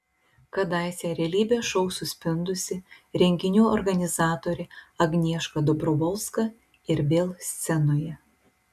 kadaise realybės šou suspindusi renginių organizatorė agnieška dobrovolska ir vėl scenoje